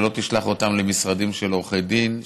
שלא תשלח אותם למשרדים של עורכי דין,